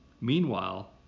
Meanwhile